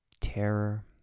terror